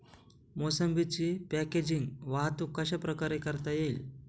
मोसंबीची पॅकेजिंग वाहतूक कशाप्रकारे करता येईल?